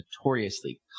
notoriously